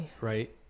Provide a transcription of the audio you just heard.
right